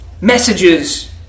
messages